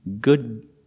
good